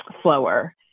slower